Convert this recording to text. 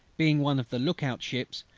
being one of the look-out ships,